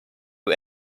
who